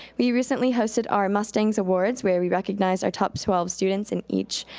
we recently hosted our mustangs awards, where we recognized our top twelve students in each